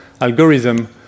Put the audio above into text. algorithm